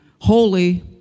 holy